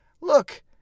look